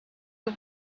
you